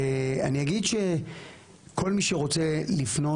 אני אגיד שכל מי שרוצה לפנות,